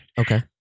Okay